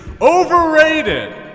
overrated